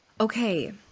Okay